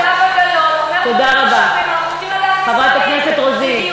זהבה גלאון, אומר, תודה רבה, חברת הכנסת רוזין.